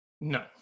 No